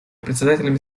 председателями